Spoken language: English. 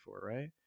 right